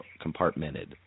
compartmented